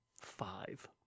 five